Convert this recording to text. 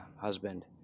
husband